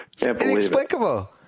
Inexplicable